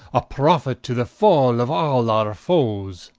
a prophet to the fall of all our foes